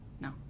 No